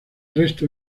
resto